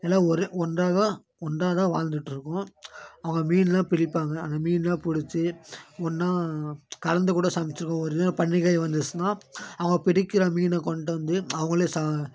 எல்லாம் ஒரே ஒன்றாக தான் ஒன்றாக தான் வாழ்ந்துகிட்ருக்கோம் அவங்க மீன்லாம் பிடிப்பாங்க அந்த மீன்லாம் பிடிச்சி ஒன்னாக கலந்து கூட சமைச்சி இருக்கோம் ஒரு பண்டிகை வந்துச்சுனா அவங்க பிடிக்கிற மீனை கொண்டு வந்து அவங்களே